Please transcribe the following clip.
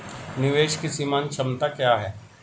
निवेश की सीमांत क्षमता क्या है?